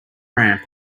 ramp